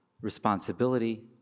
responsibility